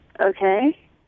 Okay